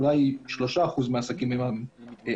אולי שלושה אחוזים מהעסקים הם עברייניים,